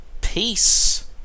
Peace